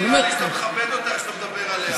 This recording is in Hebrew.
לא נראה לי שאתה מכבד אותה, איך שאתה מדבר עליה.